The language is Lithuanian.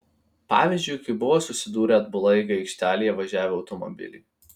pavyzdžiui kai buvo susidūrę atbula eiga aikštelėje važiavę automobiliai